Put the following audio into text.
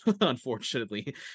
unfortunately